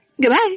Goodbye